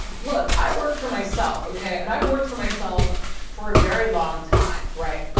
look, i worked for myself. okay. and i've worked for myself for a very long time. right?